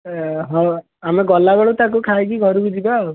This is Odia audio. ହଁ ଆମେ ଗଲାବେଳୁ ତାକୁ ଖାଇକି ଘରକୁ ଯିବା ଆଉ